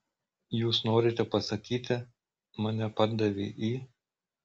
jūs norite pasakyti mane pardavė į